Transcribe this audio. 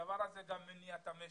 הדבר הזה מניע את המשק,